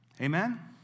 Amen